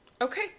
Okay